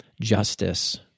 justice